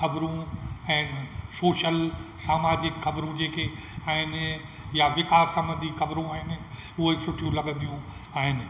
ख़बरूं ऐं शोशल सामाजिकु ख़बरूं जेके आहिनि यां विकास संॿंधी ख़बरूं आहिनि उहे सुठियूं लॻंदियूं आहिनि